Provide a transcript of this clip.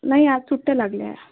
नाही आज सुट्ट्या लागल्या